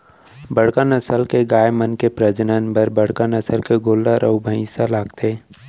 बड़का नसल के गाय मन के प्रजनन बर बड़का नसल के गोल्लर अउ भईंसा लागथे